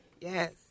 Yes